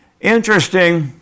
Interesting